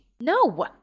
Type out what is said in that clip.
No